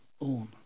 own